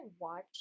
watch